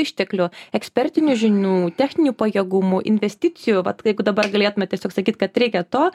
išteklių ekspertinių žinių techninių pajėgumų investicijų vat jeigu dabar galėtumėt tiesiog sakyt kad reikia to